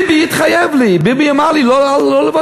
ביבי התחייב לי, ביבי אמר לי לא לוותר.